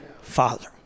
father